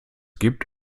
gibt